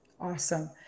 Awesome